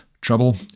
trouble